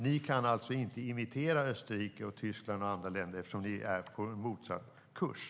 Ni kan alltså inte imitera Österrike, Tyskland och andra länder eftersom ni är på motsatt kurs.